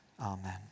Amen